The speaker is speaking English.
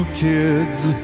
kids